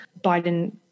Biden